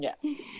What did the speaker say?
yes